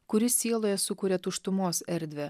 kuris sieloje sukuria tuštumos erdvę